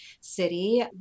city